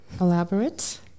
Elaborate